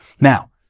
Now